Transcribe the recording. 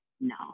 no